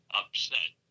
upset